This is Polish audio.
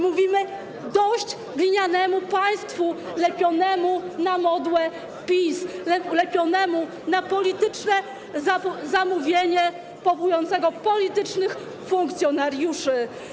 Mówimy: dość glinianemu państwu lepionemu na modłę PiS, lepionemu na polityczne zamówienie powołujące politycznych funkcjonariuszy.